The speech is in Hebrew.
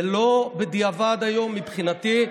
זה לא בדיעבד היום מבחינתי,